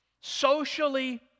socially